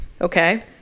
Okay